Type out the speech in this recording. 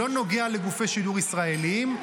הוא לא נוגע לגופי שידור ישראליים.